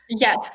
Yes